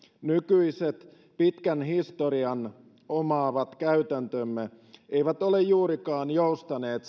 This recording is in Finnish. nykyiset pitkän historian omaavat käytäntömme eivät ole juurikaan joustaneet